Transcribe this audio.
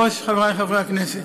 אדוני היושב-ראש, חברי חברי הכנסת,